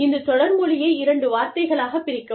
இந்த தொடர்மொழியை இரண்டு வார்த்தைகளாகப் பிரிக்கவும்